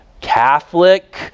Catholic